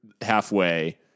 halfway